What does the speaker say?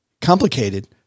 complicated